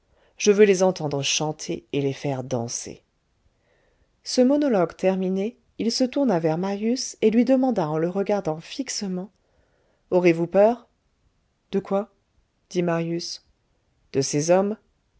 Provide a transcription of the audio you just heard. je veux les entendre chanter et les faire danser ce monologue terminé il se tourna vers marius et lui demanda en le regardant fixement aurez-vous peur de quoi dit marius de ces hommes